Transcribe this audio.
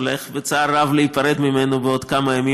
הולך בצער רב להיפרד ממנו בעוד כמה ימים,